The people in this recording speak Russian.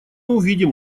увидим